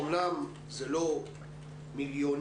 אמנם לא מיליונים,